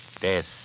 Death